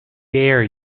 dare